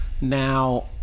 Now